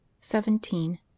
seventeen